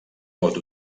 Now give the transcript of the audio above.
pot